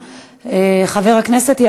חבר הכנסת דב חנין.